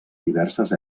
diverses